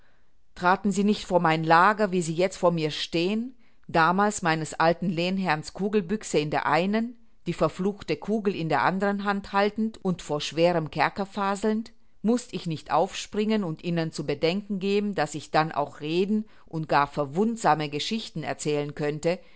traten sie nicht vor mein lager wie sie jetzt vor mir stehen damals meines alten lehrherrn kugelbüchse in der einen die verfluchte kugel in der andern hand haltend und von schwerem kerker faselnd mußt ich nicht aufspringen und ihnen zu bedenken geben daß ich dann auch reden und gar verwundersame geschichten erzählen könnte